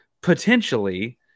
potentially